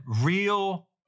real